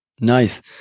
Nice